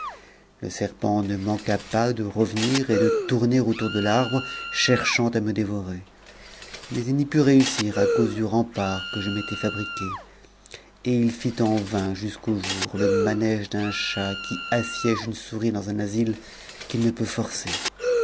le serpent ne manqua pas de revenir et de tourner autour l de i'arbre cherchant à me dévorer mais il n'y put réussir à cause du rempart que je m'étais fabriqué et il fit en vain jusqu'au jour le mau c d'un chat qui assiège une souris dans un asile qu'il ne peut forcer